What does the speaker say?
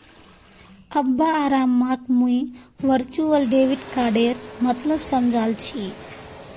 अब्बा आर अम्माक मुई वर्चुअल डेबिट कार्डेर मतलब समझाल छि